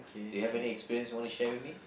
do you have any experience you want to share with me